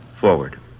forward